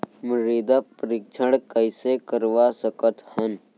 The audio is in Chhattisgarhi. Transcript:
मृदा परीक्षण कइसे करवा सकत हन?